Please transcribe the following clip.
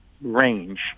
range